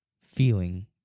feeling